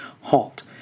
halt